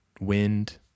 wind